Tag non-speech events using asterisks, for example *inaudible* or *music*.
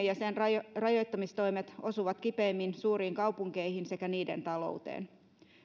*unintelligible* ja sen rajoittamistoimet osuvat kipeimmin suuriin kaupunkeihin sekä niiden talouteen